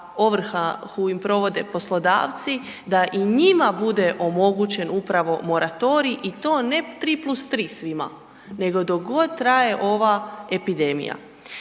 ovrhu im provode poslodavci, da i njima bude omogućen upravo moratorij i to ne 3+3 svima, nego dok god traje ova epidemija.